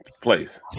place